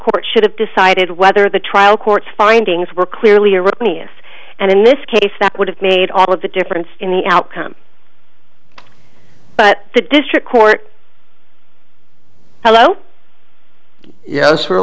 court should have decided whether the trial court's findings were clearly erroneous and in this case that would have made all of the difference in the outcome but the district court hello yes